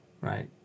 right